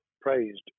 praised